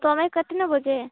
ତୁମେ କେତେ ନେବ ଯେ